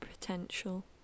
potential